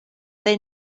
they